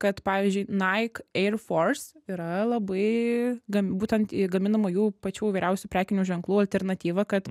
kad pavyzdžiui nike air force yra labai būtent gaminama jų pačių įvairiausių prekinių ženklų alternatyva kad